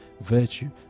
virtue